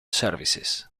services